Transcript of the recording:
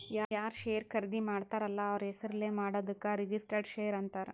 ಯಾರ್ ಶೇರ್ ಖರ್ದಿ ಮಾಡ್ತಾರ ಅಲ್ಲ ಅವ್ರ ಹೆಸುರ್ಲೇ ಮಾಡಾದುಕ್ ರಿಜಿಸ್ಟರ್ಡ್ ಶೇರ್ ಅಂತಾರ್